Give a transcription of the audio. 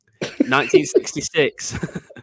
1966